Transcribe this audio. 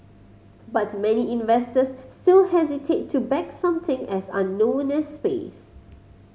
but many investors still hesitate to back something as unknown as space